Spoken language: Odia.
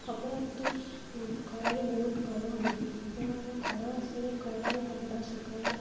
କପଡ଼ାଟି ଖରାରେ ବହୁତ ଗରମ ହୋଇଯାଇଥାଏ ତେଣୁ ମୁଁ ଖରା ମାସରେ ଖରାରେ କପଡ଼ା ଶୁଖାଏ